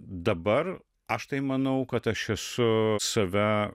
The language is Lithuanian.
dabar aš tai manau kad aš esu save